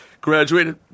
graduated